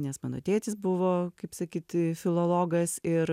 nes mano tėtis buvo kaip sakyt filologas ir